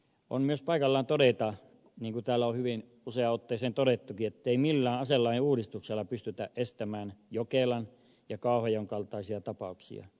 on myös paikallaan todeta niin kuin täällä on hyvin useaan otteeseen todettukin ettei millään aselain uudistuksella pystytä estämään jokelan ja kauhajoen kaltaisia tapauksia